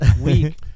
week